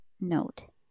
note